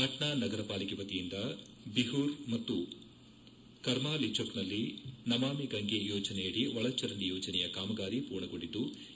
ಪಾಟ್ನಾ ನಗರಪಾಲಿಕೆ ವತಿಯಿಂದ ಬಿಹೂರ್ ಮತ್ತು ಕರ್ಮಾಲಿಚಕ್ನಲ್ಲಿ ನಮಾಮಿ ಗಂಗೆ ಯೋಜನೆಯಡಿ ಒಳಚರಂಡಿ ಯೋಜನೆಯ ಕಾಮಗಾರಿ ಪೂರ್ಣಗೊಂಡಿದ್ಲು